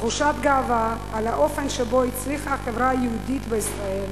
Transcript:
תחושת גאווה על האופן שבו הצליחה החברה היהודית בישראל,